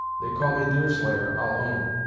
they call me deerslayer, i'll own,